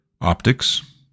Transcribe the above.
optics